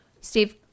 Steve